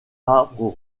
arbres